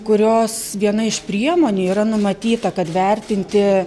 kurios viena iš priemonių yra numatyta kad vertinti